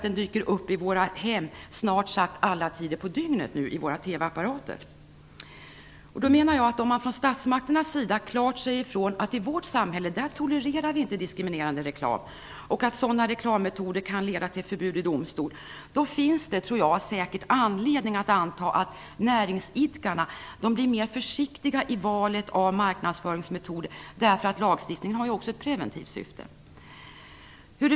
Den dyker upp i våra TV-apparater i våra hem vid snart sagt alla tider på dygnet. Om man från statsmakternas sida klart säger ifrån att vi i vårt samhälle inte tolererar diskriminerande reklam och att sådana reklammetoder kan leda till förbud i domstol finns det säkert anledning att anta att näringsidkarna blir mer försiktiga i valet av marknadsföringsmetoder. Lagstiftningen har ju också ett preventivt syfte.